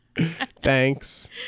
Thanks